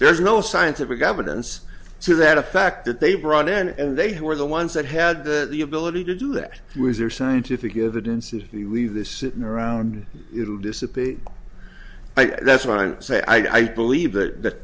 there's no scientific evidence to that effect that they brought in and they who were the ones that had the ability to do that was their scientific evidence and we leave this sitting around it'll disappear i that's when i say i believe that